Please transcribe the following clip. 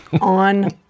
on